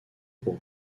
pour